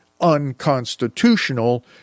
unconstitutional